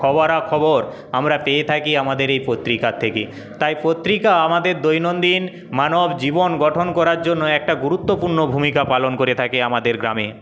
খবরা খবর আমরা পেয়ে থাকি আমাদের এই পত্রিকার থেকে তাই পত্রিকা আমাদের দৈনন্দিন মানবজীবন গঠন করার জন্য একটা গুরুত্বপূর্ণ ভূমিকা পালন করে থাকে আমাদের গ্রামে